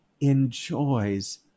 enjoys